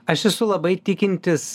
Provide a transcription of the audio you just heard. aš esu labai tikintis